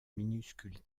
minuscules